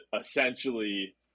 essentially